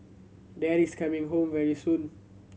Daddy's coming home very soon